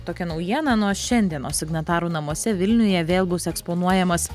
tokia naujiena nuo šiandienos signatarų namuose vilniuje vėl bus eksponuojamas